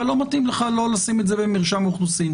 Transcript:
אבל לא מתאים לך לשים את זה במרשם האוכלוסין.